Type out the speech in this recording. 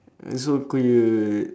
uh so cute